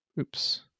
Oops